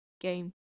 game